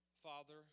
Father